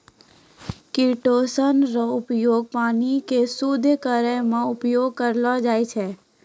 chitosan रो उपयोग पानी के शुद्ध करै मे उपयोग करलो जाय छै